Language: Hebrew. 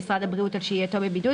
למשל כי הם שהו בבידוד לא בבידוד